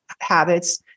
habits